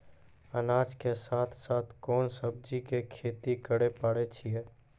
अनाज के साथ साथ कोंन सब्जी के खेती करे पारे छियै?